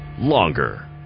longer